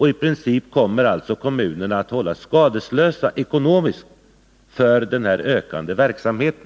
I princip kommer kommunerna alltså att hållas ekonomiskt skadeslösa för denna ökande verksamhet.